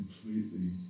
completely